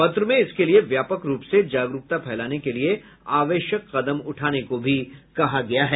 पत्र में इसके लिए व्यापक रूप से जागरूकता फैलाने के लिए आवश्यक कदम उठाने को भी कहा गया है